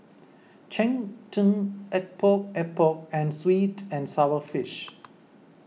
Cheng Tng Epok Epok and Sweet and Sour Fish